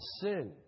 sin